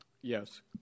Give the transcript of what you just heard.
Yes